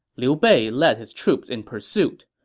liu bei led his troops in pursuit.